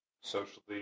socially